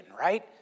right